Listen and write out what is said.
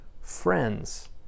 friends